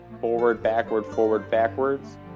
forward-backward-forward-backwards